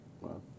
Wow